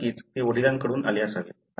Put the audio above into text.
तर नक्कीच ते वडिलांकडून आले असावे